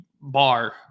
bar